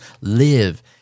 live